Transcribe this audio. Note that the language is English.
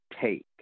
take